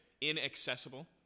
inaccessible